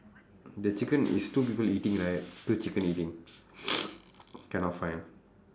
the chicken is two people eating right two chicken eating cannot find